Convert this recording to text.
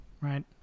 right